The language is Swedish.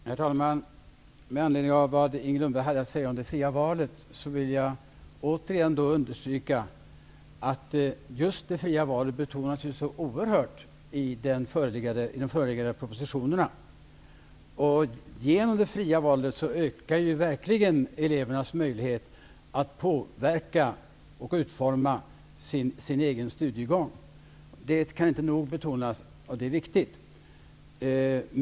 Herr talman! Med anledning av vad Inger Lundberg hade att säga om det fria valet vill jag återigen understryka att just det fria valet betonas oerhört starkt i de föreliggande propositionerna. Det fria valet ökar verkligen elevernas möjlighet att påverka och utforma sin egen studiegång. Det kan inte nog betonas, och det är viktigt.